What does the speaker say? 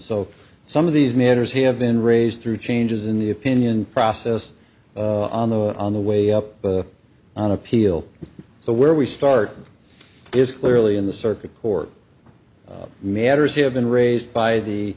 so some of these matters have been raised through changes in the opinion process on the on the way up on appeal so where we start is clearly in the circuit court matters have been raised by